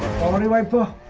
going to